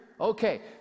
okay